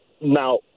now